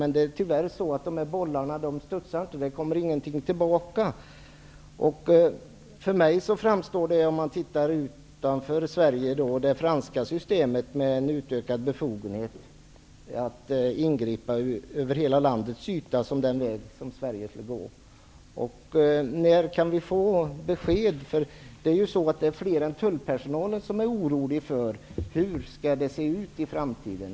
Men tyvärr studsar inte bollarna, och det kommer ingenting tillbaka. Det franska systemet med en utökad befogenhet att ingripa över hela landets yta framstår för mig som en väg som också Sverige skulle kunna gå. När kan vi få ett besked? Det är ju fler än tullpersonalen som är oroliga inför framtiden.